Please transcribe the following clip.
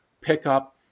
pickup